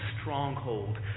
stronghold